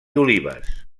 olives